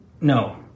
no